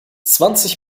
zwanzig